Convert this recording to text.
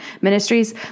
ministries